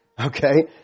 Okay